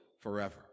forever